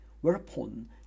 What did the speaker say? whereupon